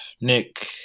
Nick